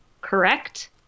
correct